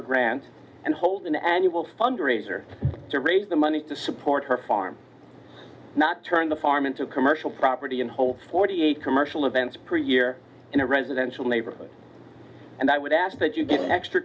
for grants and hold an annual fundraiser to raise the money to support her farm not turn the farm into a commercial property and hold forty eight commercial events per year in a residential neighborhood and i would ask that you get extra